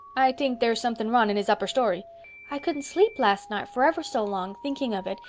i tink dere's someting wrong in his upper story i couldn't sleep last night for ever so long, thinking of it,